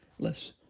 less